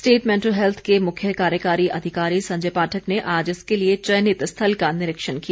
state mental health के मुख्य कार्यकारी अधिकारी संजय पाठक ने आज इसके लिए चयनित स्थल का निरीक्षण किया